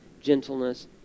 gentleness